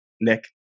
nick